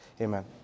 Amen